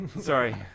Sorry